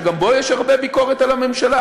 שגם בו יש הרבה ביקורת על הממשלה?